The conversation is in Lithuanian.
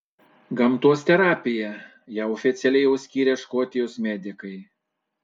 gamtos terapija ją oficialiai jau skiria škotijos medikai